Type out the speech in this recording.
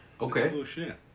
Okay